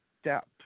step